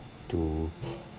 to